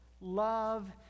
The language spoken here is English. love